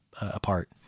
apart